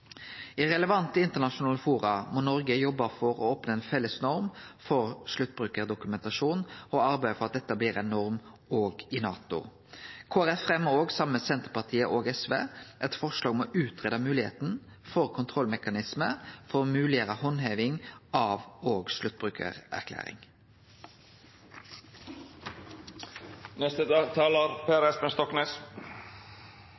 I relevante internasjonale fora må Noreg jobbe for å oppnå ei felles norm for sluttbrukardokumentasjon og arbeide for at dette blir ei norm òg i NATO. Kristeleg Folkeparti fremjar saman med Senterpartiet og SV eit forslag om å greie ut moglegheita for kontrollmekanismar for å gjere handheving av